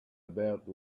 about